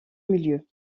milieu